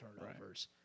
turnovers